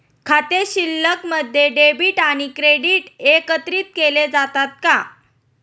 खाते शिल्लकमध्ये डेबिट आणि क्रेडिट एकत्रित केले जातात का?